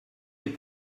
les